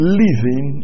living